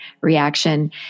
reaction